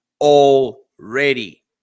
already